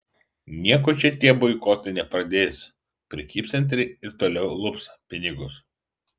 nieko čia tie boikotai nepadės prekybcentriai ir toliau lups pinigus